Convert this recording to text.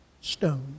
stone